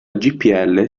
gpl